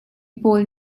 pawl